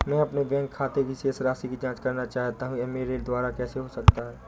मैं अपने बैंक खाते की शेष राशि की जाँच करना चाहता हूँ यह मेरे द्वारा कैसे हो सकता है?